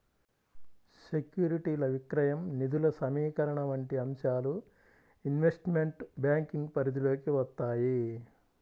సెక్యూరిటీల విక్రయం, నిధుల సమీకరణ వంటి అంశాలు ఇన్వెస్ట్మెంట్ బ్యాంకింగ్ పరిధిలోకి వత్తాయి